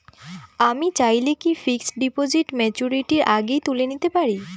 আমি চাইলে কি ফিক্সড ডিপোজিট ম্যাচুরিটির আগেই তুলে নিতে পারি?